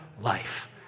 life